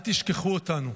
אל תשכחו אותנו.